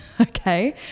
Okay